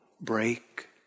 break